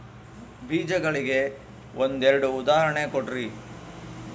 ಬೇಜಗಳಿಗೆ ಒಂದೆರಡು ಉದಾಹರಣೆ ಕೊಡ್ರಿ?